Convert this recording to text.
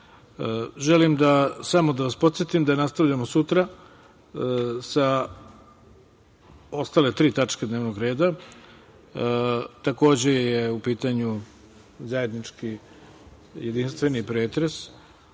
samo da vas podsetim da nastavljamo sutra sa ostale tri tačke dnevnog reda. Takođe je u pitanju zajednički jedinstveni pretres